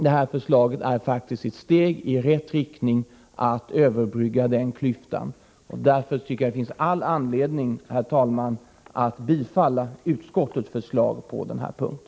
Detta förslag är faktiskt ett steg i rätt riktning, att överbrygga denna klyfta. Därför finner jag all anledning, herr talman, att bifalla utskottets förslag på den punkten.